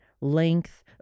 length